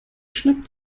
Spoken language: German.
schnappt